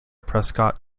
prescott